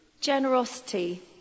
generosity